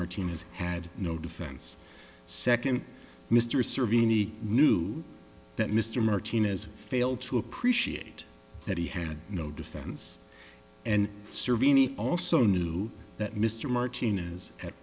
martinez had no defense second mr servian he knew that mr martinez failed to appreciate that he had no defense and serving any also knew that mr martinez at